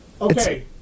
Okay